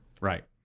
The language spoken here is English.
right